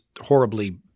horribly